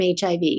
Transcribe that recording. HIV